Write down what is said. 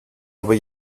aber